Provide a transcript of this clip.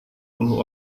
puluh